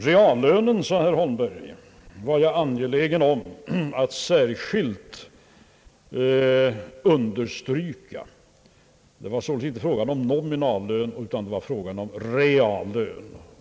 Herr Holmberg var angelägen om att särskilt framhålla reallönen — det var inte fråga om nominallön utan om reallön.